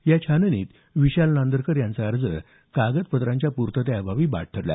या छाननीत विशाल नांदरकर यांचा अर्ज कागदपत्रांच्या पूर्ततेअभावी बाद ठरला